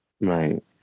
right